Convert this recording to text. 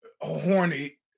Horny